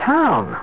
town